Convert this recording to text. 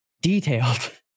detailed